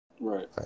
Right